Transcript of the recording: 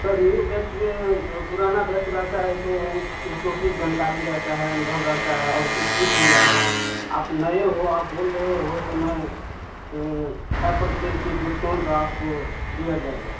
sir new batch में पुराना batch रहता है तो उसको कुछ जानकारी रहता है अनुभव रहता है और कुछ सीख लिया है आप नए हो आप बोल रहे हो तो मैं फाइव परसेंट की डिस्काउंट आपको दिया जाएगा